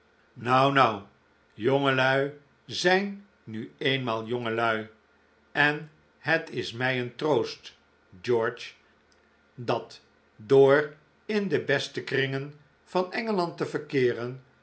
nou nou jongelui zijn nu eenmaal jongelui en het is mij een troost george dat door in de beste kringen van engeland te verkeeren